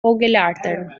vogelarten